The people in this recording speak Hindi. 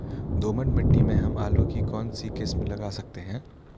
दोमट मिट्टी में हम आलू की कौन सी किस्म लगा सकते हैं?